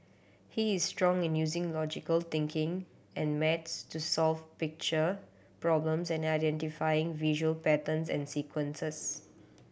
he is strong in using logical thinking and maths to solve picture problems and identifying visual patterns and sequences